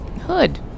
hood